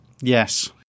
Yes